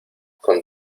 con